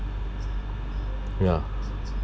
ya